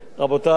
תודה רבה.